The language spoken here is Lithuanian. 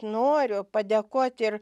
noriu padėkot ir